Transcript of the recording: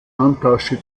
handtasche